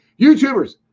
YouTubers